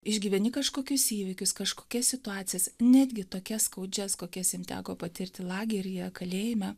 išgyveni kažkokius įvykius kažkokias situacijas netgi tokias skaudžias kokias jam teko patirti lageryje kalėjime